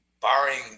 barring